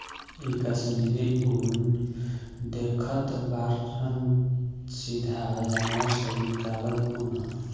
इ कश्मीरी उन देखतऽ बाड़ऽ सीधा जानवर से निकालल ऊँन ह